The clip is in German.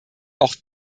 auch